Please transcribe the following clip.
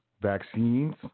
Vaccines